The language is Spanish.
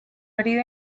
herido